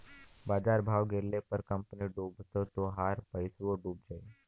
बाजार भाव गिरले पर कंपनी डूबल त तोहार पइसवो डूब जाई